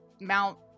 mount